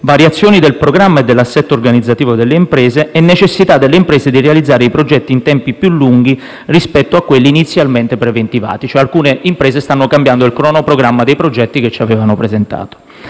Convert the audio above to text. variazioni del programma e dell'assetto organizzativo delle imprese e la necessità delle imprese di realizzare i progetti in tempi più lunghi rispetto a quelli inizialmente preventivati, cioè alcune imprese stanno cambiando il cronoprogramma dei progetti che ci avevano presentato.